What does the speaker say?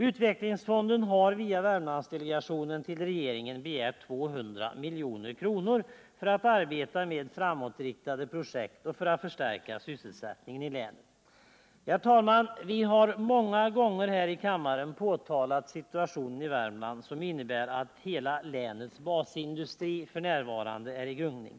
Utvecklingsfonden har via Värmlandsdelegationen hos regeringen begärt 200 milj.kr. för att arbeta med framåtriktade projekt och för att förstärka sysselsättningen i länet. Vi har, herr talman, många gånger här i kammaren påtalat situationen i Värmland, som innebär att hela länets basindustri f. n. är i gungning.